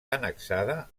annexada